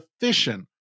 efficient